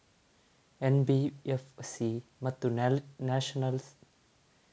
NBFC ಮತ್ತು nationalise ಬ್ಯಾಂಕುಗಳ ನಡುವಿನ ವ್ಯತ್ಯಾಸವನ್ನು ತಿಳಿಸಿ?